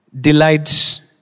delights